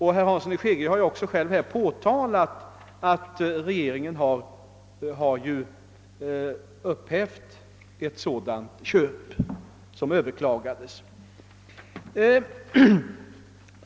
Herr Hansson i Skegrie har dessutom själv pekat på att regeringen upphävt ett sådant köp som blivit överklagat.